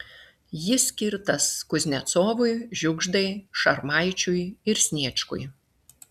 jis skirtas kuznecovui žiugždai šarmaičiui ir sniečkui